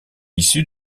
issue